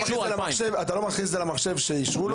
אתה לא מכניס במחשב שאישרו לו?